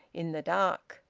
in the dark.